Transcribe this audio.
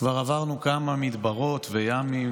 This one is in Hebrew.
// כבר עברנו כמה / מדבריות וימים,